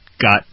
got